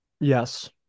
yes